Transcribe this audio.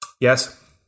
Yes